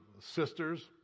sisters